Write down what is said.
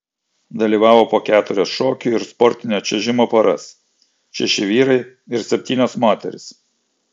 dalyvavo po keturias šokių ir sportinio čiuožimo poras šeši vyrai ir septynios moterys